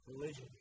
religion